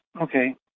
okay